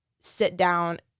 sit-down